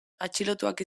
atxilotuak